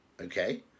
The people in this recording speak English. okay